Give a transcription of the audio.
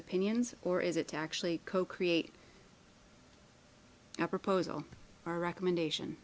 opinions or is it actually co create a proposal recommendation